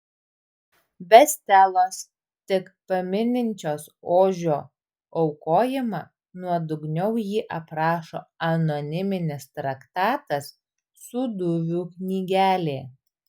be stelos tik pamininčios ožio aukojimą nuodugniau jį aprašo anoniminis traktatas sūduvių knygelė